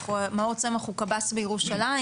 צמח, מאור צמח הוא קב"ס בירושלים.